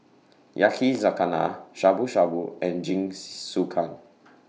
Yakizakana Shabu Shabu and Jingisukan